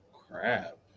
crap